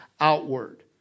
outward